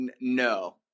No